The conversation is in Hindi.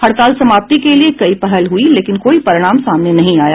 हड़ताल समाप्ति के लिये कई पहल हुई लेकिन कोई परिणाम सामने नहीं आया